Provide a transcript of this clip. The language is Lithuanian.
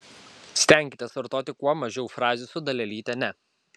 stenkitės vartoti kuo mažiau frazių su dalelyte ne